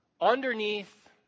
underneath